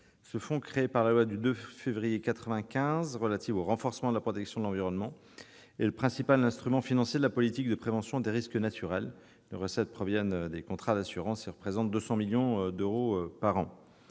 Barnier. Créé par la loi du 2 février 1995 relative au renforcement de la protection de l'environnement, ce fonds est le principal instrument financier de la politique de prévention des risques naturels. Les recettes proviennent des contrats d'assurance et représentent 200 millions d'euros par an.